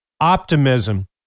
optimism